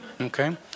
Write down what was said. Okay